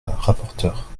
rapporteure